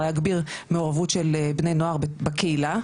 מעורבות של בני נוער בקהילה,